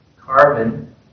carbon